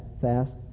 fast